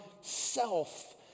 self